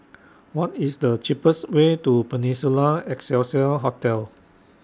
What IS The cheapest Way to Peninsula Excelsior Hotel